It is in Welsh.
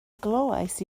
glywais